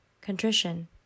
contrition